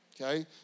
okay